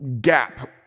gap